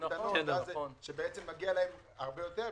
הן קטנות והם טוענים שבעצם מגיע להם הרבה יותר.